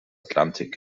atlantik